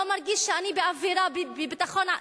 לא מרגיש שאני באווירת ביטחון,